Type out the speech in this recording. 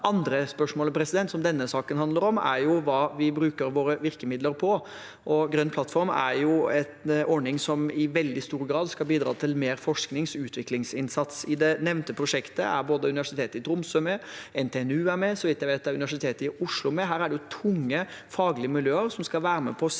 andre spørsmålet som denne saken handler om, er hva vi bruker våre virkemidler på. Grønn plattform er en ordning som i veldig stor grad skal bidra til mer forsknings- og utviklingsinnsats. I det nevnte prosjektet er Universitetet i Tromsø med, NTNU er med, og så vidt jeg vet, er Universitetet i Oslo med. Her er det tunge faglige miljøer som skal være med og se